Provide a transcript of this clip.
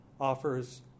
offers